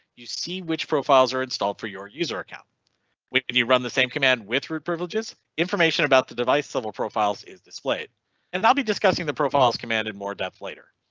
you see which profiles are installed for your user account when you run the same command with root privileges information about the device level profiles is displayed and they'll be discussing the profiles command in more depth later.